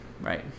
right